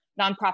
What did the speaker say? nonprofit